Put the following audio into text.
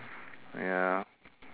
ya